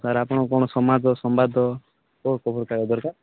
sir ଆପଣ କ'ଣ ସମାଜ ସମ୍ବାଦ କେଉଁ ଖବରକାଗଜ ଦରକାର